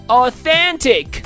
authentic